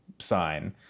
Sign